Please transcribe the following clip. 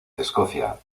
escocia